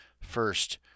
first